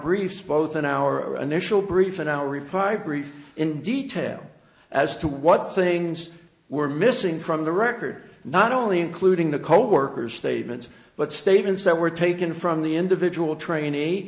briefs both in our an initial brief and our reply brief in detail as to what things were missing from the record not only including the co worker's statements but statements that were taken from the individual trainee